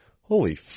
holy